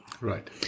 right